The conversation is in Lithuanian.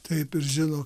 taip ir žino